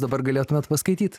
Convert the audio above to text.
dabar galėtumėt paskaityt